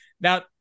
Now